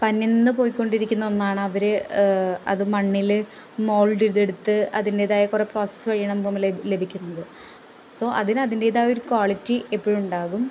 അന്ന്യം നിന്ന് പോയികൊണ്ടിരിക്കുന്ന ഒന്നാണ് അവർ അത് മണ്ണിൽ മോൾഡ് ചെയ്തെടുത്ത് അതിൻ്റേതായ കുറേ പ്രോസസ്സ് വഴി നമുക്ക് മുമ്പിൽ ലഭിക്കുന്നത് സൊ അതിന് അതിൻ്റേതായ ഒരു ക്വാളിറ്റി അപ്പോഴുമുണ്ടാകും